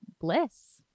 bliss